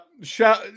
Shout